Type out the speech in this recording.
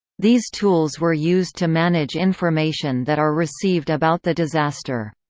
these tools were used to manage information that are received about the disaster.